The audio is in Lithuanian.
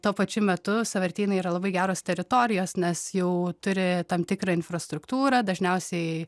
tuo pačiu metu sąvartynai yra labai geros teritorijos nes jau turi tam tikrą infrastruktūrą dažniausiai